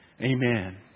amen